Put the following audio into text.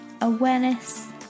awareness